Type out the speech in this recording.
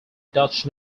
dutch